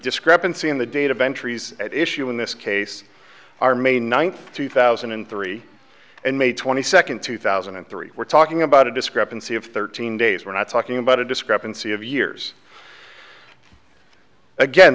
discrepancy in the data ben trees at issue in this case are may ninth two thousand and three and may twenty second two thousand and three we're talking about a discrepancy of thirteen days we're not talking about a discrepancy of years again